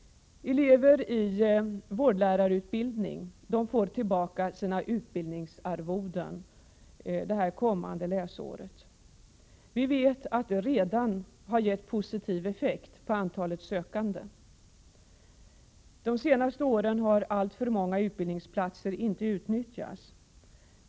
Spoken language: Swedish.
Elever i vårdlärarutbildningen får tillbaka sina utbildningsarvoden kommande läsår. Vi vet att det redan har gett positiv effekt på antalet sökande. Under de senaste åren har alltför många utbildningsplatser inte utnyttjats.